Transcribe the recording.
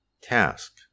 task